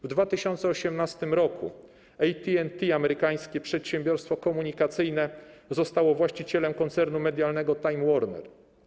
W 2018 r. AT&T, amerykańskie przedsiębiorstwo komunikacyjne, zostało właścicielem koncernu medialnego Time Warner.